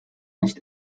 nicht